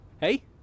Hey